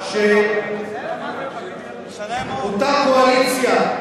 שאותה קואליציה,